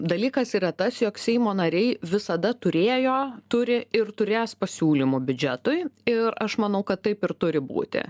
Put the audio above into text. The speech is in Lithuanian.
dalykas yra tas jog seimo nariai visada turėjo turi ir turės pasiūlymų biudžetui ir aš manau kad taip ir turi būti